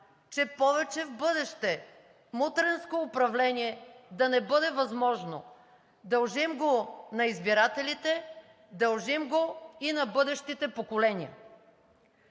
че повече в бъдеще мутренско управление да не бъде възможно. Дължим го на избирателите, дължим го и на бъдещите поколения.